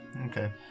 Okay